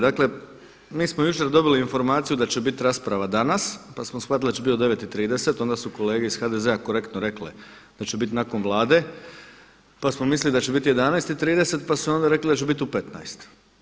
Dakle, mi smo jučer dobili informaciju da će biti rasprava danas pa smo shvatili da će biti u 9,30, onda su kolege iz HDZ-a korektno rekle da će biti nakon Vlade, pa smo mislili da će biti u 11,30 pa su onda rekli da će biti u 15.